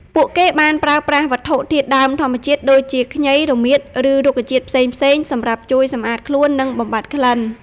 ពួកគេបានប្រើប្រាស់វត្ថុធាតុដើមធម្មជាតិដូចជា ខ្ញី រមៀត ឬរុក្ខជាតិផ្សេងៗសម្រាប់ជួយសម្អាតខ្លួន និងបំបាត់ក្លិន។